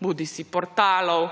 bodisi portalov,